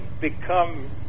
become